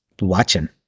watching